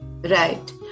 Right